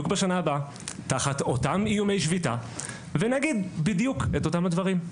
בשנה הבאה תחת אותם איומי שביתה ונגיד בדיוק אותם דברים.